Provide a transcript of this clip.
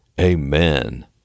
amen